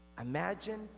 Imagine